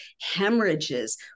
hemorrhages